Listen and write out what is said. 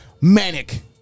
manic